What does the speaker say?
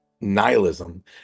nihilism